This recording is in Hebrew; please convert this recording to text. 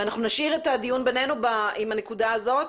אנחנו נשאיר את הדיון בינינו עם הנקודה הזאת